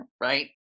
right